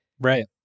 Right